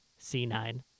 C9